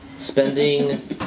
Spending